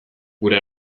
gure